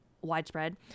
widespread